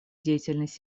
деятельность